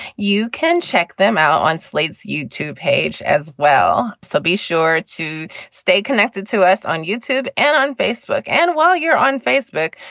you can check them out on slate's youtube page as well. so be sure to stay connected to us on youtube and on facebook. and while you're on facebook,